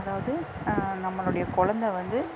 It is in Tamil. அதாவது நம்மளுடைய கொழந்த வந்து